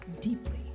deeply